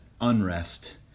unrest